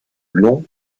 long